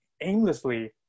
aimlessly